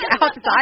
outside